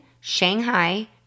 Shanghai